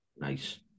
nice